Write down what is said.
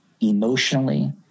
emotionally